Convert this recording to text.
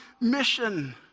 mission